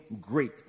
great